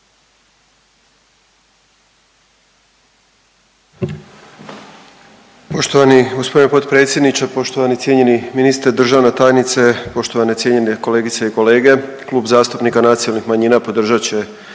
Poštovani g. predsjedniče, poštovani cijenjeni ministre, državna tajnica, poštovane cijenjene kolegice i kolege. Klub zastupnika nacionalnih manjina podržat će